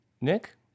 Nick